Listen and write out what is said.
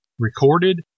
recorded